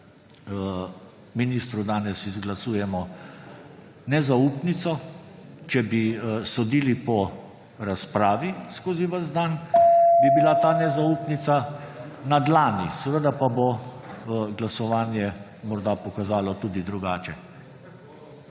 ministru danes izglasujemo nezaupnico. Če bi sodili po razpravi skozi ves dan, bi bila ta nezaupnica na dlani, seveda pa bo glasovanje morda pokazalo tudi drugače.